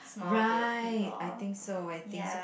right I think so I think so